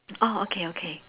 oh okay okay